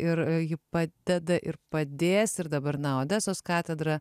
ir ji padeda ir padės ir dabar na odesos katedra